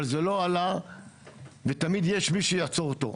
אבל זה לא עלה ותמיד יש מי שיעצור אותו.